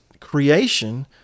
creation